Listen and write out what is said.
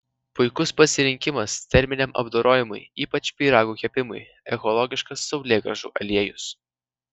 puikus pasirinkimas terminiam apdorojimui ypač pyragų kepimui ekologiškas saulėgrąžų aliejus